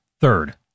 third